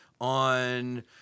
on